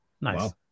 Nice